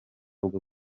bwo